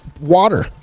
Water